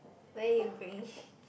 where you bringing